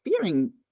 fearing